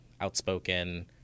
outspoken